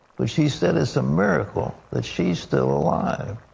but she said it's a miracle that she is still alive.